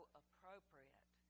appropriate